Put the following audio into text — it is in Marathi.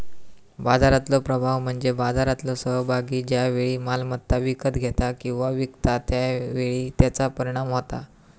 बाजारातलो प्रभाव म्हणजे बाजारातलो सहभागी ज्या वेळी मालमत्ता विकत घेता किंवा विकता त्या वेळी त्याचा परिणाम होता